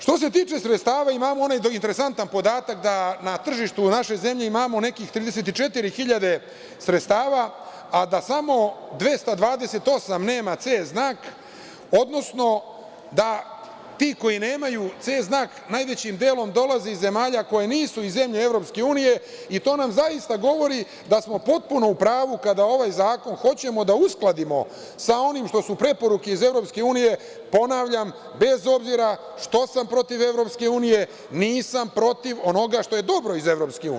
Što se tiče sredstava, imamo interesantan podatak da na tržištu naše zemlje imamo nekih 34 hiljade sredstava, a da samo 228 nema C znak, odnosno da ti koji nemaju C znak najvećim delom dolaze iz zemalja koje nisu iz zemlje EU i to nam zaista govori da smo potpuno u pravu kada ovaj zakon hoćemo da uskladimo sa onim što su preporuke iz EU, ponavljam, bez obzira što sam protiv EU, nisam protiv onoga što je dobro iz EU.